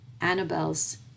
Annabelle's